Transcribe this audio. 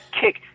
kick –